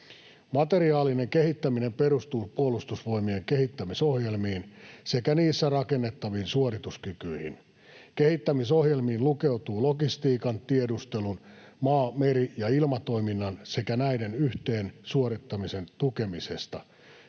Materiaalinen kehittäminen perustuu Puolustusvoimien kehittämisohjelmiin sekä niissä rakennettaviin suorituskykyihin. Kehittämisohjelmiin lukeutuu logistiikan, tiedustelun, maa‑, meri- ja ilmatoiminnan sekä näiden yhteensovittamisen tukemista,